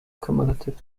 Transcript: cumulative